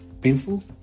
painful